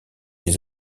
des